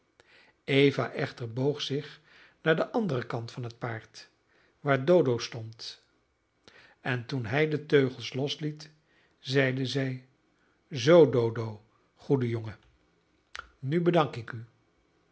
eva echter boog zich naar den anderen kant van het paard waar dodo stond en toen hij de teugels losliet zeide zij zoo dodo goede jongen nu bedank ik u